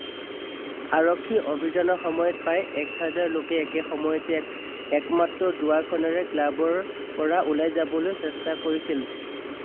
আৰক্ষীৰ অভিযানৰ সময়ত প্ৰায় এহেজাৰ লোকে একে সময়তে একমাত্ৰ দুৱাৰখনেৰে ক্লাবৰ পৰা ওলাই যাবলৈ চেষ্টা কৰিছিল